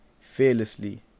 fearlessly